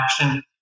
action